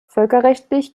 völkerrechtlich